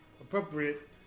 appropriate